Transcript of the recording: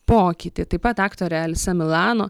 pokytį taip pat aktorė elisa milano